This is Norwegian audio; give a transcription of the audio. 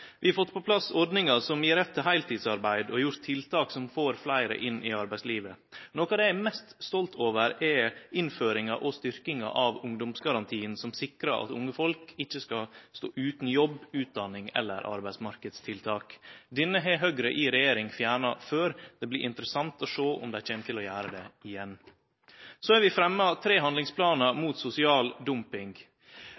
Vi har fått på plass ordningar som gjev rett til heiltidsarbeid, og gjort tiltak som får fleire inn i arbeidslivet. Noko av det eg er mest stolt over, er innføringa og styrkinga av ungdomsgarantien, som sikrar at unge folk ikkje skal stå utan jobb, utdanning eller arbeidsmarknadstiltak. Denne har Høgre i regjering fjerna før, det blir interessant å sjå om dei kjem til å gjere det igjen. Så har vi fremma tre handlingsplanar